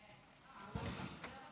אדוני היושב-ראש, חברי הכנסת,